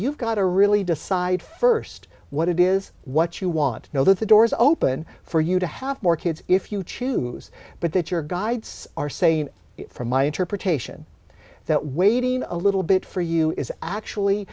you've got to really decide first what it is what you want you know the doors open for you to have more kids if you choose but that your guides are saying from my interpretation that waiting a little bit for you is actually